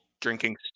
drinking